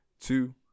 two